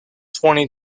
twenty